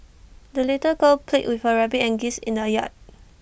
the little girl played with her rabbit and geese in the yard